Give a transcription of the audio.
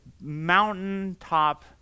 mountaintop